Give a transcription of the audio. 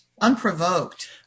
unprovoked